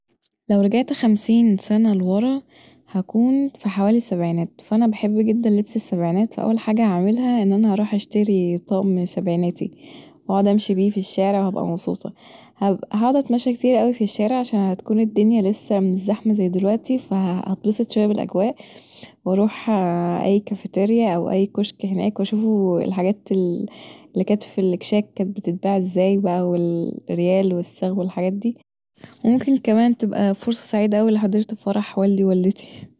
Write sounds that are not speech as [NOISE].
لو رجعت خمسين سنة لورا هكون في حوالي السبعينات فأنا بحب جدا لبس السبعينات فأول حاجه هعملها ان انا هروح اشتري طقم سبعيناتي واقعد امشي بيه في الشارع وابقي مبسوطه هقعد اتمشي كتي اوي في الشارع عشان هتكون الدنيا لسه مش زحمه زي دلوقتي فهتبسط شويه بالأجواء وهروح اي كافتيريا او اي كشك هناك واشوفه [HESITATION] الحاجاو اللي كانت بتتباع في الأكشاك كانت بتتباع بقي ازاي والريال والساغ والحاجات دي وكمان ممكن تبقي فرصة سعيده اوي كمان لو حضرت فرح والدي ووالدتي